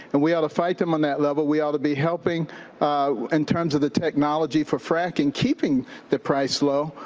and we ought to fight them on that level. we ought to be helping in terms of the technology for fracking, keeping the price low,